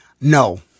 No